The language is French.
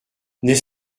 n’est